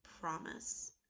promise